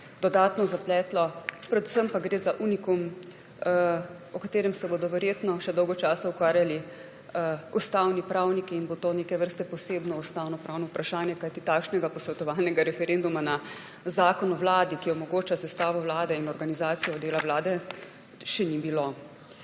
dodatno zapletlo. Predvsem pa gre za unikum, s katerim se bodo verjetno še dolgo časa ukvarjali ustavni pravniki in bo to neke vrste posebno ustavnopravno vprašanje. Kajti takšnega posvetovalnega referenduma na zakon o vladi, ki omogoča sestavo vlade in organizacijo dela vlade, še ni bilo.